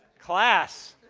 class,